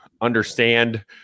understand